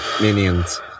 Minions